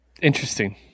interesting